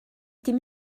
dim